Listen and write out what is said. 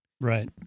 Right